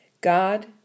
God